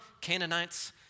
Canaanites